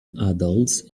adults